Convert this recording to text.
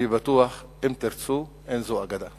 אני בטוח שאם תרצו, אין זו אגדה.